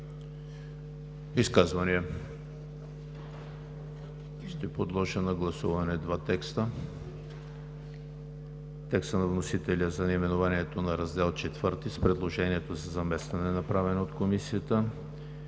Изказвания? Няма. Ще подложа на гласуване два текста: текста на вносителя за наименованието на Раздел IV с предложението за заместване, направено от Комисията,